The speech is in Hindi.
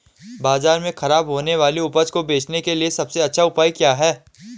बाजार में खराब होने वाली उपज को बेचने के लिए सबसे अच्छा उपाय क्या हैं?